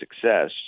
success